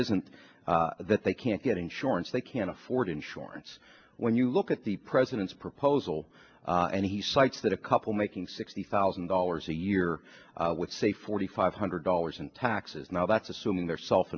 isn't that they can't get insurance they can afford insurance when you look at the president's proposal and he cites that a couple making sixty thousand dollars a year with say forty five hundred dollars in taxes now that's assuming they're self